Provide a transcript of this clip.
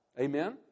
Amen